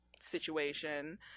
situation